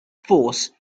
force